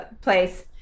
place